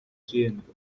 siento